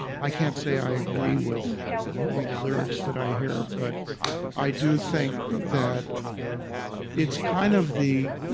i can't say i agree with all the lyrics that i hear but i do think that it's kind of the,